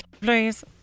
please